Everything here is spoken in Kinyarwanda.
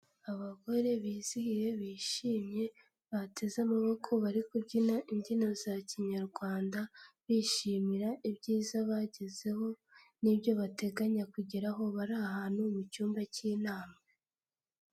Abagore bizihiye bishimye, bateze amaboko bari kubyina imbyino za kinyarwanda, bishimira ibyiza bagezeho n'ibyo bateganya kugeraho, bari ahantu mu cyumba cy'inama.